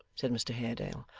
said mr haredale,